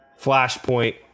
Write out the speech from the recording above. Flashpoint